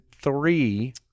three